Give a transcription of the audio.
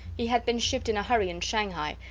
he had been shipped in a hurry in shanghai,